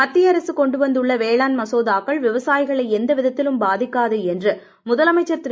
மத்திய அரசு கொண்டு வந்துள்ள வேளாண் மசோதாக்கள் விவசாயிகளை எந்தவித்திலும் பாதிக்காது என்று முதலமைச்சர் திரு